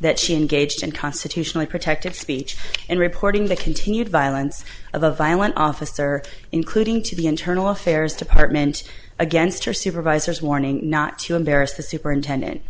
that she engaged in constitutionally protected speech and reporting the continued violence of a violent officer including to the internal affairs department against her supervisors warning not to embarrass the superintendent